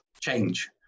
change